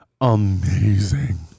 amazing